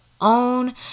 own